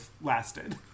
lasted